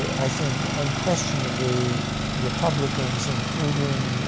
i think, unquestionably republicans, including